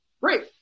great